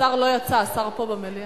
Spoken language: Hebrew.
השר לא יצא, הוא פה במליאה.